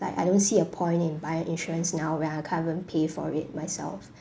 but I don't see a point in buying insurance now when I can't even pay for it myself